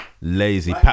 lazy